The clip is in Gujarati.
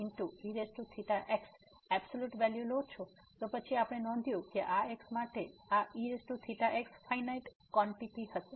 eθx એબ્સોલ્યુટ વેલ્યુ લોછો તો પછી આપણે નોંધ્યું છે કે આ x માટે આ eθx ફાઈનાઈટ કોન્ટીટી હશે